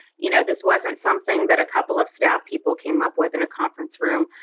you know this wasn't something that a couple of staff people came up with in a conference room.